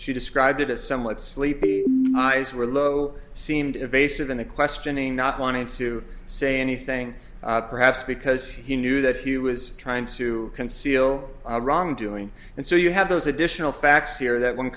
she described it as somewhat sleepy eyes were low seemed invasive in the questioning not wanting to say anything perhaps because he knew that he was trying to conceal wrongdoing and so you have those additional facts here that